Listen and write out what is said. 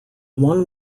one